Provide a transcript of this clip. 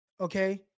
Okay